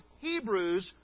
Hebrews